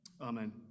amen